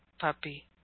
puppy